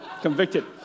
convicted